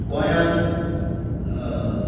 गोंयांत